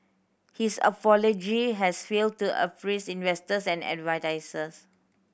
his apology has failed to appease investors and advertisers